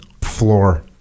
floor